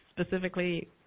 specifically